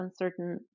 uncertain